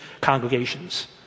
congregations